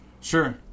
Sure